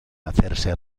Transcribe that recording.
hacerse